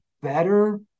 better